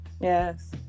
yes